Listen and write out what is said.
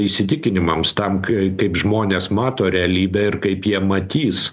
įsitikinimams tam kaip žmonės mato realybę ir kaip jie matys